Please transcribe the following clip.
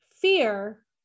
fear